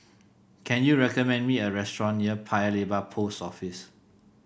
can you recommend me a restaurant near Paya Lebar Post Office